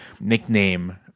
nickname